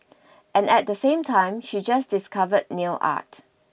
and at the same time she just discovered nail art